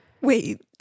Wait